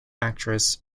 actress